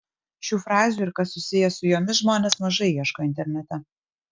šių frazių ir kas susiję su jomis žmonės mažai ieško internete